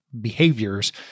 behaviors